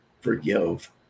forgive